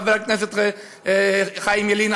חבר הכנסת חיים ילין,